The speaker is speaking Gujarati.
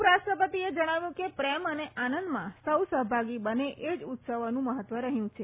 ઉપરાષ્ટ્રપતિએ જણાવ્યું કે પ્રેમ અને આનંદમાં સૌ સફભાગી બને એ જ ઉત્સવોનું મફત્વ રફયું છે